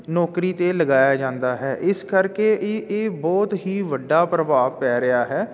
ਨੌਕਰੀ 'ਤੇ ਲਗਾਇਆ ਜਾਂਦਾ ਹੈ ਇਸ ਕਰਕੇ ਇਹ ਇਹ ਬਹੁਤ ਹੀ ਵੱਡਾ ਪ੍ਰਭਾਵ ਪੈ ਰਿਹਾ ਹੈ